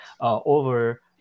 over